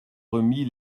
remis